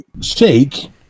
shake